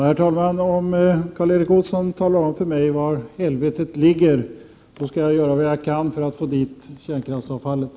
Herr talman! Om Karl Erik Olsson talar om för mig var helvetet ligger skall jag göra vad jag kan för att få dit kärnkraftsavfallet.